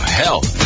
health